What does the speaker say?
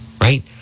right